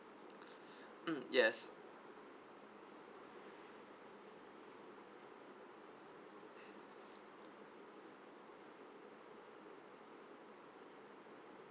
mm yes